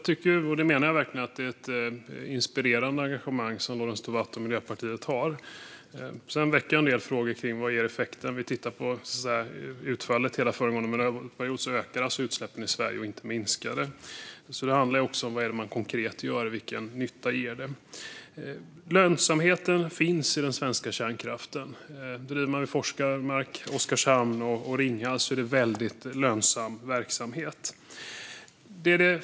Fru talman! Jag menar verkligen att det är ett inspirerande engagemang som Lorentz Tovatt och Miljöpartiet har. Sedan väcker det en del frågor. Om man tittar på utfallet under hela föregående mandatperiod kan vi se att utsläppen i Sverige ökade, inte minskade. Det handlar också om vad man konkret gör och vilken nytta det ger. Lönsamheten finns i den svenska kärnkraften. Forsmark, Oskarshamn och Ringhals är väldigt lönsam verksamhet.